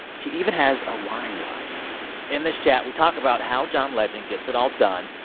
he even has a wine line in this chat, we talk about how john legend gets it all done.